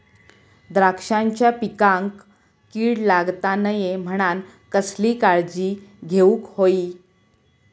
द्राक्षांच्या पिकांक कीड लागता नये म्हणान कसली काळजी घेऊक होई?